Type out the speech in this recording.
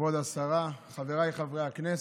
כבוד השרה, חבריי חברי הכנסת,